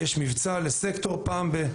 יש מבצע לסקטור פעם ב...,